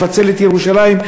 לפצל את ירושלים,